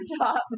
top